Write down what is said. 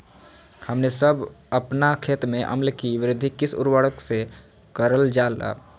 हमने सब अपन खेत में अम्ल कि वृद्धि किस उर्वरक से करलजाला?